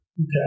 Okay